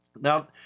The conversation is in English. Now